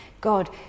God